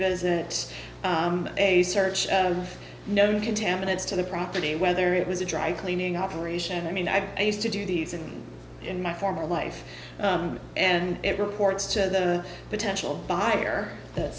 visit a search of known contaminants to the property whether it was a dry cleaning operation i mean i used to do these and in my former life and it reports to the potential buyer that